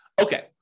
Okay